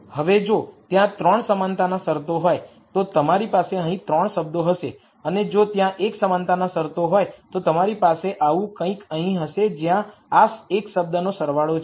હવે જો ત્યાં 3 સમાનતાના શરતો હોય તો તમારી પાસે અહીં 3 શબ્દ હશે અને જો ત્યાં 1 સમાનતાના શરતો હોય તો તમારી પાસે આવું કંઈક અહીં હશે જ્યાં આ ૧ શબ્દનો સરવાળો છે